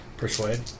Persuade